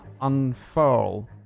unfurl